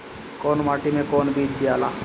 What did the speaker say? कौन माटी मे कौन बीज दियाला?